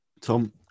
Tom